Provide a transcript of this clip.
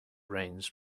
rains